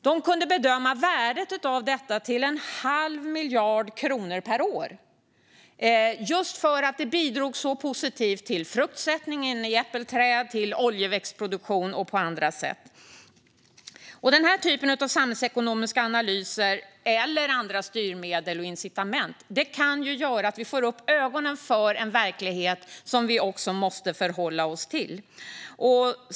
De kunde bedöma värdet av dessa till en halv miljard kronor per år, just för att de bidrog så positivt till fruktsättning i äppelträd, till oljeväxtproduktion och annat. Den här typen av samhällsekonomiska analyser eller andra styrmedel och incitament kan göra att vi får upp ögonen för en verklighet som vi också måste förhålla oss till.